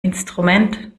instrument